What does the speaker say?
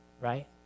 right